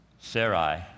Sarai